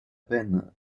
peine